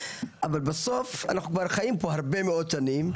אבל בסוף אנחנו כבר חיים פה הרבה מאוד שנים,